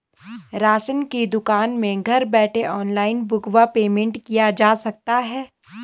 Ration की दुकान में घर बैठे ऑनलाइन बुक व पेमेंट किया जा सकता है?